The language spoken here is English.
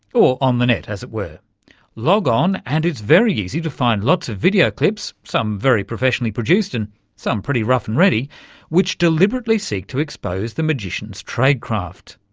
or on the net, as it were. log on and it's very easy to find lots of video clips some very professionally produced and some pretty rough-and-ready which deliberately seek to expose the magician's tradecraft.